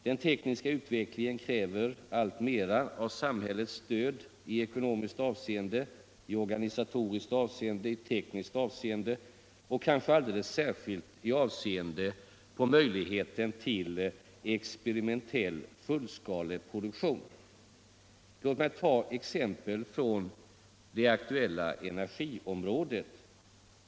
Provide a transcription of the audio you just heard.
Den tekniska utvecklingen kräver alltmera av samhällets stöd i ekonomiskt avseende, i organisatoriskt avseende, i tekniskt avseende och kanske alldeles särskilt i avseende på möjligheten till experimentell fullskaleproduktion. Låt mig ta ett exempel från det aktuella energiområdet.